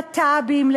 ללהט"בים,